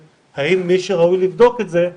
האם מי שראוי לבדוק את זה הוא